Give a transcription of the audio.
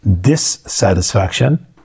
dissatisfaction